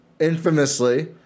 infamously